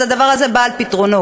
הדבר הזה בא על פתרונו.